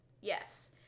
Yes